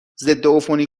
ضدعفونی